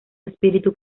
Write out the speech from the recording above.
espíritu